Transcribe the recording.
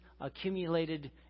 accumulated